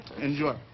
Enjoy